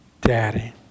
Daddy